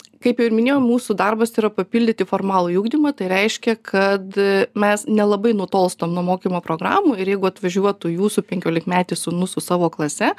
kaip ir minėjau mūsų darbas tai yra papildyti formalųjį ugdymą tai reiškia kad mes nelabai nutolstam nuo mokymo programų ir jeigu atvažiuotų jūsų penkiolikmetis sūnus su savo klase